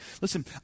Listen